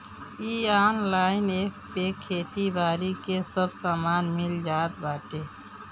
इ online app पे खेती बारी के सब सामान मिल जात बाटे